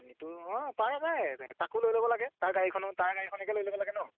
নিতু অঁ পৰা যায় তাকো লৈ ল'ব লাগে তাৰ গাড়ীখনো তাৰ গাড়ীখনকে লৈ ল'ব লাগে ন